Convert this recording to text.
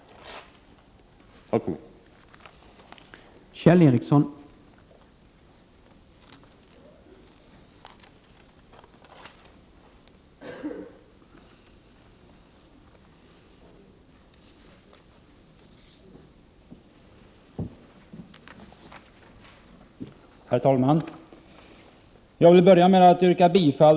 Tack så mycket!